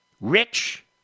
Rich